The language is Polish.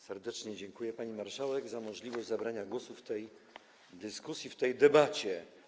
Serdecznie dziękuję pani marszałek za możliwość zabrania głosu w tej dyskusji, w tej debacie.